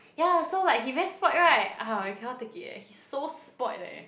ya so like he very spoilt [right] !ah! I cannot take it eh he's so spoilt leh